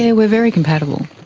yeah we're very compatible.